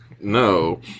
No